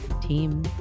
team